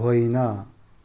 होइन